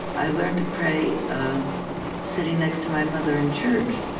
i learned to pray sitting next to my mother in church.